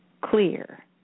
clear